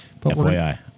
FYI